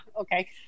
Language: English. Okay